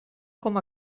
com